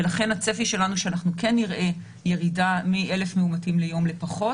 ולכן הצפי שלנו הוא שאנחנו כן נראה ירידה מ-1,000 מאומתים ליום לפחות.